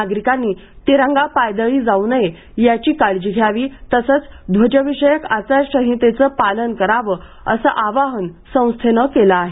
नागरिकांनी तिरंगा पायदळी जाऊ नये याची काळजी घ्यावी तसेच ध्वजविषयक आचारसंहितेचं पालन करावं असं आवाहनही संस्थेनं केलं आहे